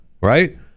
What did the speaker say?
right